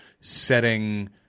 setting